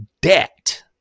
debt